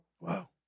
Wow